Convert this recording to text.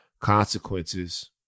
consequences